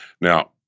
Now